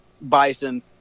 bison